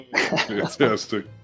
Fantastic